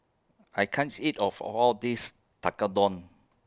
I can't eat of All This Tekkadon